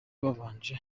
wabanje